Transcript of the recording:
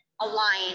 align